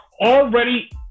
already